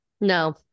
No